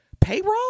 payroll